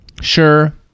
sure